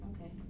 Okay